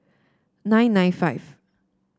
nine nine five